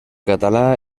català